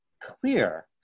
clear